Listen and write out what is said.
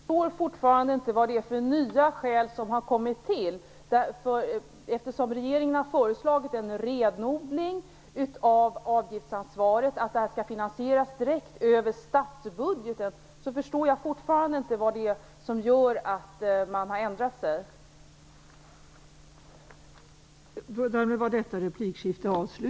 Fru talman! Jag förstår fortfarande inte vad det är för nya skäl som har kommit till. Regeringen har föreslagit en renodling av avgiftsansvaret och att det skall finansieras direkt över statsbudgeten. Jag förstår fortfarande inte vad det är som har gjort att man har ändrat sig.